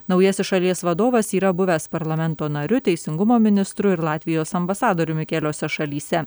naujasis šalies vadovas yra buvęs parlamento nariu teisingumo ministru ir latvijos ambasadoriumi keliose šalyse